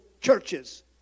churches